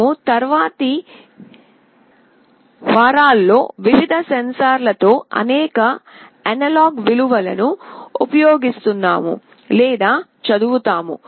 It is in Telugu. మేము తరువాతి వారాల్లో వివిధ సెన్సార్ లతో అనేక అనలాగ్ విలువలను ఉపయోగిస్తున్నాము లేదా చదువుతాము